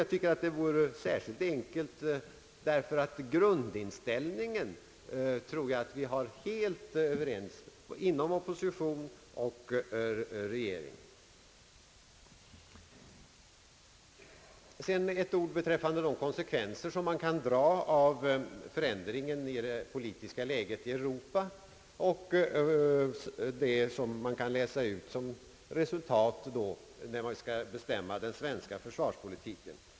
Jag anser att detta vore särskilt enkelt eftersom jag tror att oppositionen och regeringen i detta avseende är helt överens om grundinställningen. Så ett ord beträffande de konsekvenser som man kan dra av förändringen i det politiska läget i Europa och vad man därvidlag kan utläsa när det gäller att bestämma den svenska försvarspolitiken.